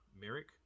Merrick